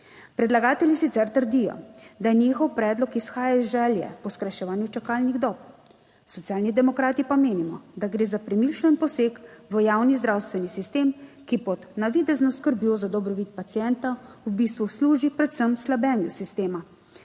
Predlagatelji sicer trdijo, da je njihov predlog izhaja iz želje po skrajševanju čakalnih dob. Socialni demokrati pa menimo, da gre za premišljen poseg v javni zdravstveni sistem, ki pod navidezno skrbjo za dobrobit pacienta, v bistvu služi predvsem slabenju sistema,